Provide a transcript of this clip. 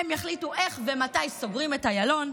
הם יחליטו איך ומתי סוגרים את איילון,